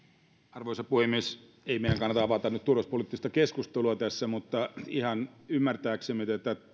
arvoisa puhemies ei meidän kannata avata nyt tulospoliittista keskustelua tässä mutta ihan ymmärtääksemme tätä